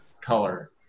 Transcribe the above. color